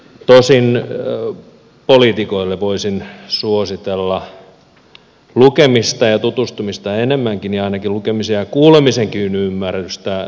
tosin poliitikoille voisin suositella lukemista ja tutustumista enemmänkin ja ainakin lukemisen ja kuulemisenkin ymmärrystä